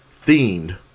themed